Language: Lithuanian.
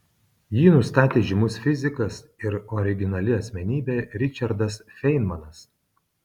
jį nustatė žymus fizikas ir originali asmenybė ričardas feinmanas